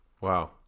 wow